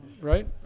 right